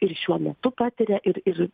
ir šiuo metu patiria ir ir